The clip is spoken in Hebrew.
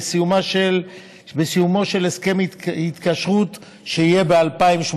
בסיומו של הסכם התקשרות שיהיה ב-2018.